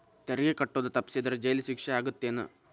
ತೆರಿಗೆ ಕಟ್ಟೋದ್ ತಪ್ಸಿದ್ರ ಜೈಲ್ ಶಿಕ್ಷೆ ಆಗತ್ತೇನ್